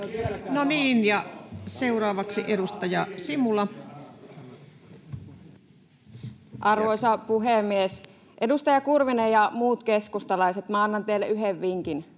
No niin, ja seuraavaksi edustaja Simula. Arvoisa puhemies! Edustaja Kurvinen ja muut keskustalaiset, minä annan teille yhden vinkin: